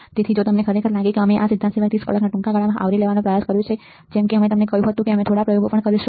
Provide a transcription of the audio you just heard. તેથી જો તમને ખરેખર લાગે કે અમે આ સિદ્ધાંત સિવાય 30 કલાકના ટૂંકા ગાળામાં આવરી લેવાનો પ્રયાસ કર્યો છે જેમ કે મેં કહ્યું હતું કે અમે થોડા પ્રયોગો પણ કરીશું